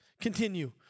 Continue